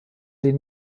dem